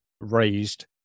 raised